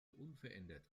unverändert